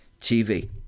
TV